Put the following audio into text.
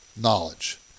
knowledge